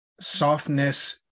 Softness